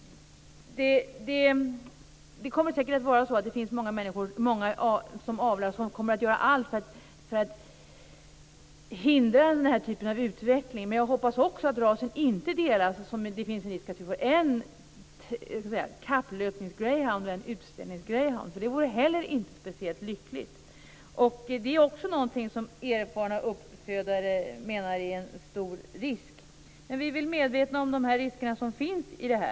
Det kommer säkert att finnas många människor som kommer att avla och som kommer att göra allt för att hindra denna typ av utveckling. Men jag hoppas också att rasen inte delas. Då finns det en risk för att vi får en kapplöpningsgreyhound och en utställningsgreyhound. Det vore inte heller speciellt lyckligt. Det är också någonting som erfarna uppfödare menar är en stor risk. Men vi är väl medvetna om de risker som finns.